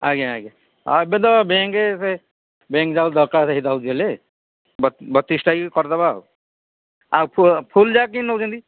ଆଜ୍ଞା ଆଜ୍ଞା ହଁ ଏବେ ତ ବ୍ୟାଙ୍କ ସେ ବ୍ୟାଙ୍କ ଯା ଦରକାର ସେଇ ଦେଉଛ ହେଲେ ବତିଶଟା କରିଦେବା ଆଉ ଆଉ ଫୁଲ୍ ଯାକ କେମିତି ନେଉଛନ୍ତି